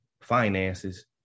finances